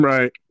Right